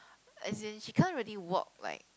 as in she can't really walk like